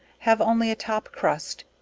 have only a top crust,